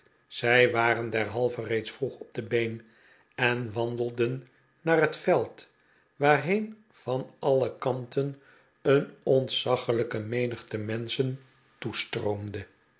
zij waren derhalve reeds vroeg op de been en wandelden naar het veld waarheen van alle kanten een ontzaglijke menigte menschen toestroomde